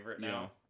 now